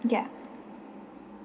ya